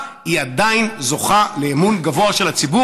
עדיין זוכה לאמון גבוה של הציבור,